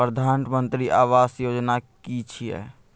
प्रधानमंत्री आवास योजना कि छिए?